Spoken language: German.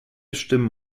stimmen